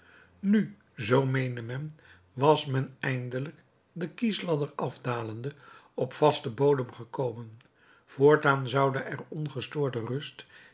nu zoo meende men was men eindelijk den kiesladder afdalende op vasten bodem gekomen voortaan zoude er ongestoorde rust